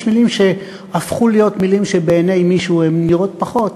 יש מילים שהפכו מילים שבעיני מישהו נראות פחות,